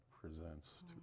presents